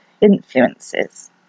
influences